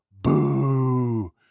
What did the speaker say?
Boo